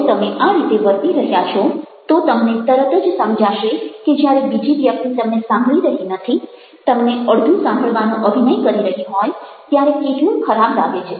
જો તમે આ રીતે વર્તી રહ્યા છો તો તમને તરત જ સમજાશે કે જ્યારે બીજી વ્યક્તિ તમને સાંભળી રહી નથી તમને અડધું સાંભળવાનો અભિનય કરી રહી હોય ત્યારે કેટલું ખરાબ લાગે છે